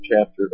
chapter